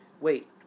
wait